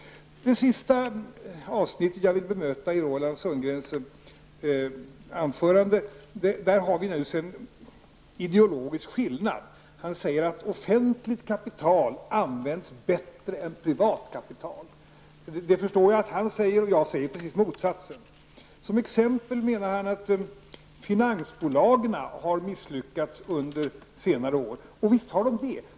Det sista avsnittet jag vill bemöta i Roland Sundgrens anförande rör en ideologisk skillnad. Han säger att offentligt kapital används bättre än privat kapital. Jag förstår att han säger det, och jag säger precis motsatsen. Som exempel menar han att finansbolagen har misslyckats under senare år. Visst har det de.